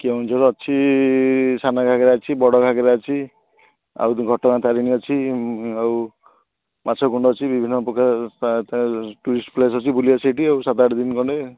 କେଉଁଝର ଅଛି ସାନଘାଗରା ଅଛି ବଡ଼ଘାଗରା ଅଛି ଆଉ ଘଟଗାଁ ତାରିଣୀ ଅଛି ଆଉ ମାଛକୁଣ୍ଡ ଅଛି ବିଭିନ୍ନପ୍ରକାର ଟୁରିଷ୍ଟ୍ ପ୍ଲେସ୍ ଅଛି ବୁଲିବା ସେଠି ଆଉ ସାତ ଆଠ ଦିନ ଖଣ୍ଡେ